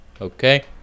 Okay